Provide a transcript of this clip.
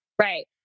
right